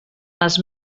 les